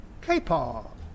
K-pop